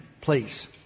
please